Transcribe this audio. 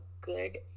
good